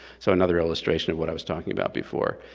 so another illustration of what i was talking about before.